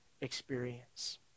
experience